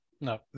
No